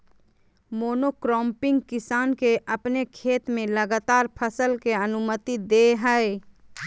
monocropping किसान के अपने पूरे खेत में लगातार फसल के अनुमति दे हइ